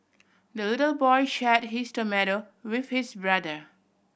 the little boy shared his tomato with his brother